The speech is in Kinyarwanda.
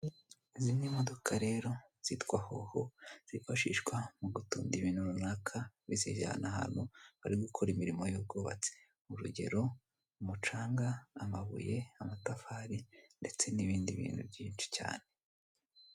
Izi ni imodoka rero, zitwa HwoHwo, zifashishwa mu gutunda ibintu runaka bizijjyana ahantu bari gukora imirimo y'ubwubatsi, urugero; umicanga, amabuye, amatafari, ndetse n'ibindi bintu byinshi cyane.